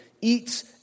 eats